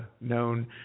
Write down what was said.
known